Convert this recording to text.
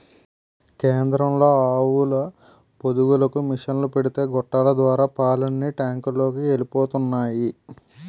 కేంద్రంలో ఆవుల పొదుగులకు మిసన్లు పెడితే గొట్టాల ద్వారా పాలన్నీ టాంకులలోకి ఎలిపోతున్నాయి